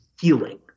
healing